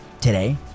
today